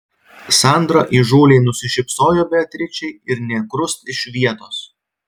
sandra įžūliai nusišypsojo beatričei ir nė krust iš vietos